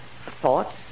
thoughts